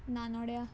नानोड्या